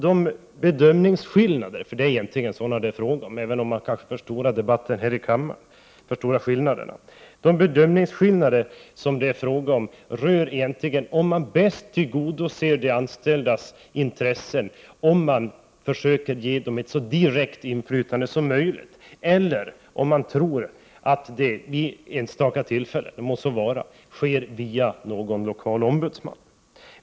De bedömningsskillnader — för det är egentligen sådana det gäller, om även om man kanske vill förstora skillnaderna här i kammaren — som det är fråga om rör egentligen frågan om man bäst tillgodoser de anställdas intressen genom att ge dem ett så direkt inflytande som möjligt eller om man tror att det — vid enstaka tillfällen, det må så vara — sker bättre via någon lokal ombudsman.